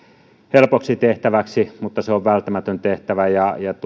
helpoksi tehtäväksi mutta se on välttämätön tehtävä ja